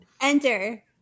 Enter